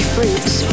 Fruits